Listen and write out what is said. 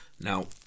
Now